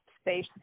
space